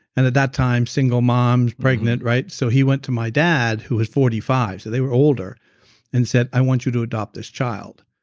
and at that time single mom's pregnant so he went to my dad who was forty five, so they were older and said, i want you to adopt this child.